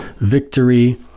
victory